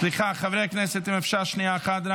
סליחה, חברי הכנסת, אם אפשר רק שנייה אחת.